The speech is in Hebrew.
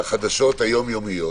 עיתונאים.